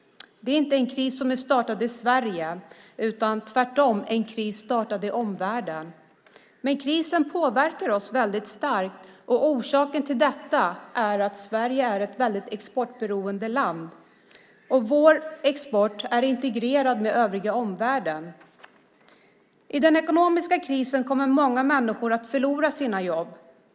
Det är inte en kris som är startad i Sverige, utan tvärtom en kris som är startad i omvärlden. Men krisen påverkar oss starkt. Orsaken till detta är att Sverige är ett exportberoende land, och vår export är integrerad med omvärlden. I den ekonomiska krisen kommer många människor att förlora sina jobb.